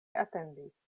atendis